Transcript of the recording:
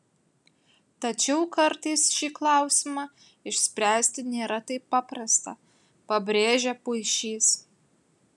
tačiau kartais šį klausimą išspręsti nėra taip paprasta pabrėžia puišys